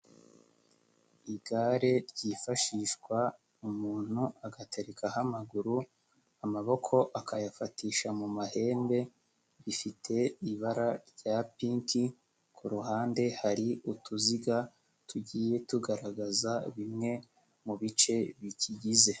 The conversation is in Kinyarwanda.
Igare ryifashishwa umuntu agaterekaho amaguru amaboko akayafatisha mu mahembe, rifite ibara rya piki, ku ruhande hari utuziga tugiye tugaragaza bimwe mu bice bikigize.